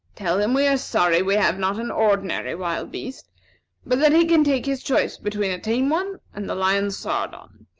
tell him we are sorry we have not an ordinary wild beast but that he can take his choice between a tame one and the lion sardon,